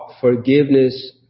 forgiveness